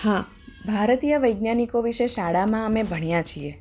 હા ભારતીય વૈજ્ઞાનિકો વિશે શાળામાં અમે ભણ્યાં છીએ